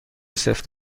سفت